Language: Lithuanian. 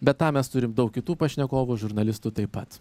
be tam mes turim daug kitų pašnekovų žurnalistų taip pat